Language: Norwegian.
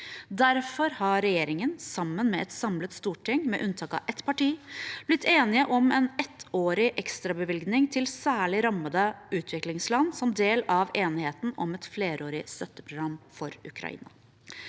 Derfor har regjeringen – sammen med et samlet storting, med unntak av ett parti – blitt enige om en ettårig ekstrabevilgning til særlig rammede utviklingsland som del av enigheten om et flerårig støtteprogram for Ukraina.